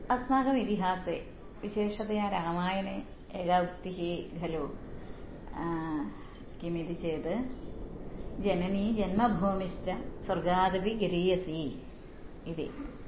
अस्माकम् इतिहासे विशेषतया रामायणे एका उक्तिः खलु किमिति चेत् जननी जन्मभूमिश्च स्वर्गादपि गरीयसी इति